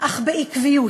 אך בעקביות